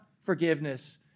forgiveness